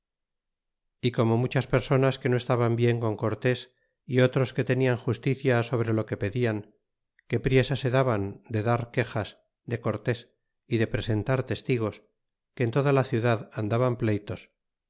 y como muchas personas que no estaban bien con cortés é otros que tenian justicia sobre lo que pedian que priesa se daban de dar quexas de cortés y de presentar testigos que en toda la dudad andaban pleytos